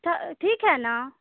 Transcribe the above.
تھا ٹھیک ہے نا